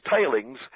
Tailings